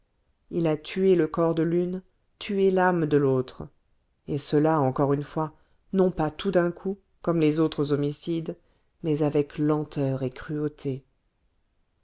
il a tué le corps de l'une tué l'âme de l'autre et cela encore une fois non pas tout d'un coup comme les autres homicides mais avec lenteur et cruauté